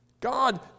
God